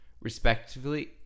Respectively